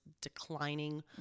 declining